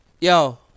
Yo